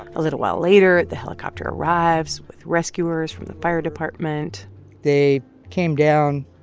a little while later, the helicopter arrives with rescuers from the fire department they came down,